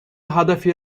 هدفی